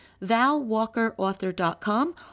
ValWalkerAuthor.com